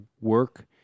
work